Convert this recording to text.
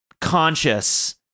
conscious